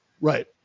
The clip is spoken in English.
right